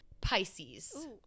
Pisces